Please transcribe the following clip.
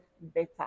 better